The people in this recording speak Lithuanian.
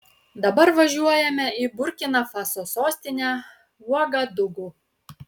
dabar važiuojame į burkina faso sostinę uagadugu